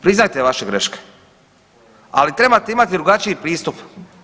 Priznajte vaše greške, ali trebate imati drugačiji pristup.